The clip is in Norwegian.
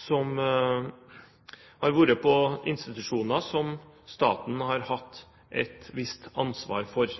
som har vært på institusjoner som staten har hatt et visst ansvar for.